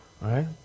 right